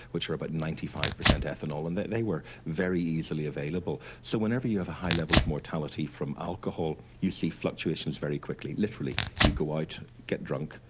which are about ninety five percent ethanol, and they they were very easily available. so whenever you have a high level of mortality from alcohol you see fluctuations very quickly. literally you go out, get drunk,